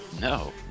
no